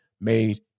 made